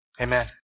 Amen